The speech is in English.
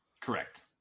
Correct